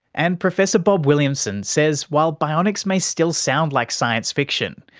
and professor bob williamson says while bionics may still sound like science-fiction,